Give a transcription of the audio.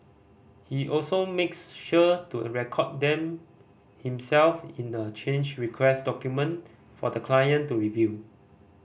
he also makes sure to record them himself in a change request document for the client to review